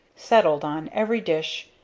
settled on every dish,